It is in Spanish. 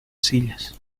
sillas